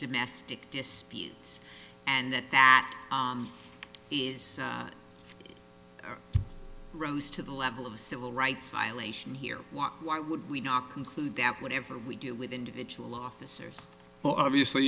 domestic disputes and that that is rose to the level of civil rights violation here why would we not conclude that whatever we do with individual officers well obviously